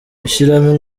gushyiramo